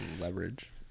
leverage